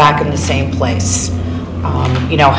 back in the same place you know